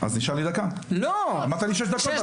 אז נשאר לי דקה, אמרת לי שש דקות.